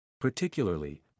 Particularly